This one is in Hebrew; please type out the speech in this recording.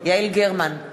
יעל גרמן,